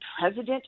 president